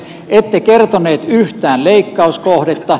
ette kertoneet yhtään leikkauskohdetta